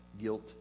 guilt